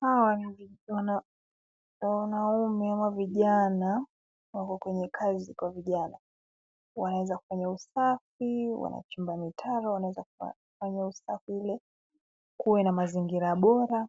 Hawa ni wanaume ama vijana, wako kwenye kazi kwa vijana. Waeza kufanya usafi, wanachimba mitaro, wanaeza kufanya usafi ule, kuwe na mazingira bora.